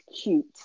cute